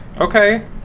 Okay